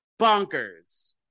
bonkers